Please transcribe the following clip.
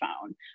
phone